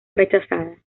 rechazada